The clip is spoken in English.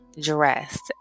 dressed